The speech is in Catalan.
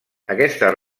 aquestes